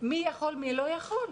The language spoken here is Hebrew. מי יכול, מי לא יכול?